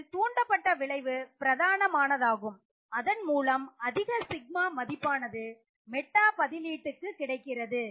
இதில் தூண்டப்பட்ட விளைவு பிரதானமானதாகும் அதன்மூலம் அதிக σ மதிப்பானது மெட்டா பதிலீட்டுக்கு கிடைக்கிறது